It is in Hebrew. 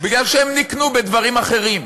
מפני שהם נקנו בדברים אחרים.